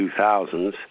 2000s